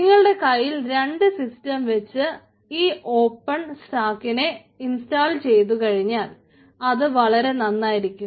നിങ്ങളുടെ കൈയ്യിൽ രണ്ട് സിസ്റ്റം വെച്ച് ഈ ഓപ്പൺ സ്റ്റാക്കിനെ ഇൻസ്റ്റാൾ ചെയ്തു കഴിഞ്ഞാൽ അത് വളരെ നന്നായിരിക്കും